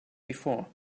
before